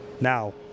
Now